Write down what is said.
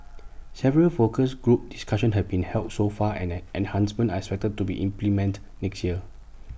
several focus group discussions have been held so far and in enhancements are expected to be implemented next year